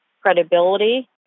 Credibility